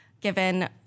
given